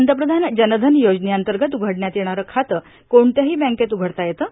पंतप्रधान जनधन योजनेअंतर्गत उघडण्यात येणारं खातं कोणत्याही बँकेत उघडता येतं